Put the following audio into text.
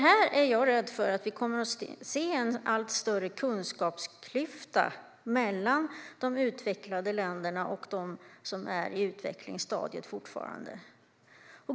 Här är jag rädd för att vi kommer att se en allt större kunskapsklyfta mellan de utvecklade länderna och de länder som fortfarande är i utvecklingsstadiet.